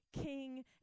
King